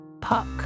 Puck